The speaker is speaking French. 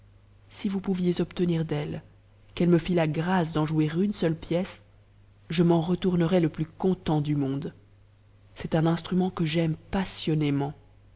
si vous pouviez obtenir d'eue qu'elle me fît la grâce d'en jouer une seule pièce je m'en retournerais le plus content du monde c'est un instrument que j'aime passionnément